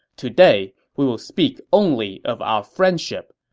today we will speak only of our friendship.